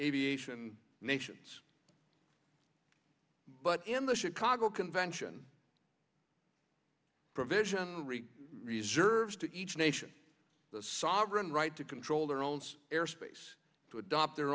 aviation nations but in the chicago convention provision re reserved to each nation the sovereign right to control their own airspace to adopt their